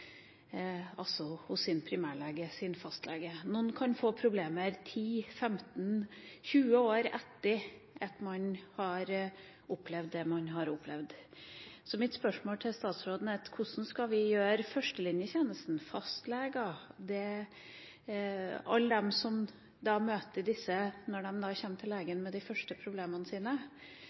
altså hos sin primærlege – fastlegen. Noen kan få problemer 10–15–20 år etter at man har opplevd det man har opplevd. Mitt spørsmål til statsråden er: Hvordan skal førstelinjetjenesten – fastleger og alle de som møter disse personene når de kommer til legen med de første problemene sine